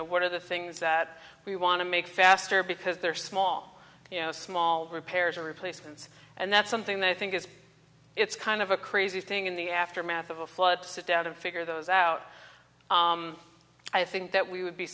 know what are the things that we want to make faster because they're small you know small repairs or replacements and that's something that i think is it's kind of a crazy thing in the aftermath of a flood to sit down and figure those out i think that we would be